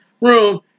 room